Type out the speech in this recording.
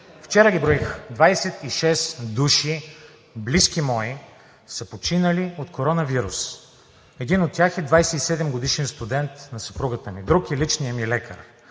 вчера ги броих – 26 души, близки мои са починали от коронавирус. Един от тях е 27-годишен студент на съпругата ми, друг е личният ми лекар.